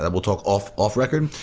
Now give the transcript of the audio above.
and we'll talk off off record,